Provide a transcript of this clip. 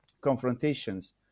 confrontations